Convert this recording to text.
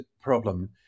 problem